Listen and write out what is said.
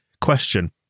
question